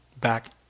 back